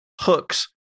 hooks